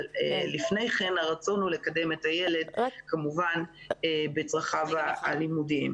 אבל לפני כן הרצון הוא לקדם את הילד כמובן בצרכיו הלימודיים.